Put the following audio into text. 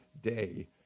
day